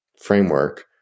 framework